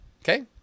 okay